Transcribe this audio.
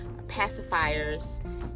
pacifiers